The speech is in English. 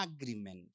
agreement